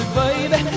baby